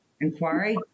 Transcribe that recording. inquiry